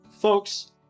folks